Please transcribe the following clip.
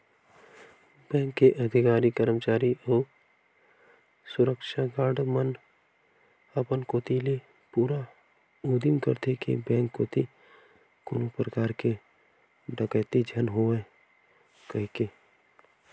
bank के अधिकारी, करमचारी अउ सुरक्छा गार्ड मन अपन कोती ले पूरा उदिम करथे के बेंक कोती कोनो परकार के डकेती झन होवय कहिके